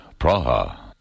Praha